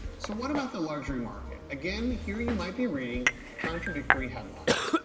so what about the luxury market? again here you might be reading contradictory headlines.